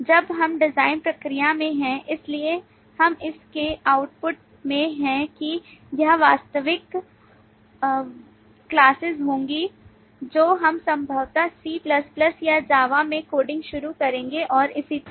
अब हम डिजाइन प्रक्रिया में हैं इसलिए हम इस के आउटपुट में हैं कि यह वास्तविक classes होंगी जो हम संभवतः C या JAVA में कोडिंग शुरू करेंगे और इसी तरह